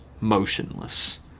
motionless